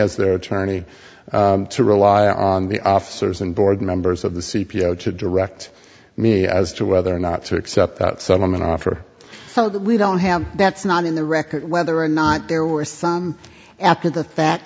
as their attorney to rely on the officers and board members of the c p o to direct me as to whether or not to accept that someone an offer that we don't have that's not in the record whether or not there were some after the fact